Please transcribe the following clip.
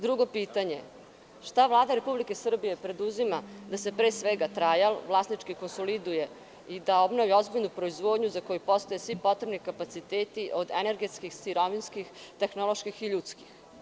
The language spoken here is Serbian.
Drugo pitanje – šta Vlada Republike Srbije preduzima da se, pre svega „Trajal“, vlasnički konsoliduje i da obnovi ozbiljnu proizvodnju za koju postoje svi potrebni kapaciteti od energetskih, sirovinskih, tehnoloških i ljudskih?